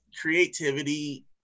creativity